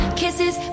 kisses